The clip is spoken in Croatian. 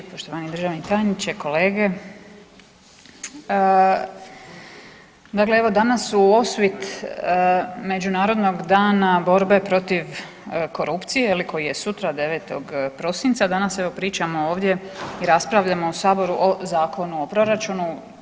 Poštovani državni tajniče, kolege, dakle evo danas u osvit Međunarodnog dana borbe protiv korupcije je li koji je sutra 9. prosinca, danas evo pričamo ovdje i raspravljamo u saboru o Zakonu o proračunu.